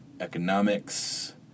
economics